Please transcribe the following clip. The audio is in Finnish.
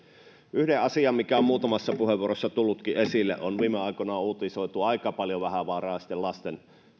yksi mikä muutamassa puheenvuorossa on tullutkin esille on viime aikoina aika paljon uutisoitu asia vähävaraisten lasten